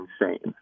insane